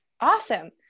Awesome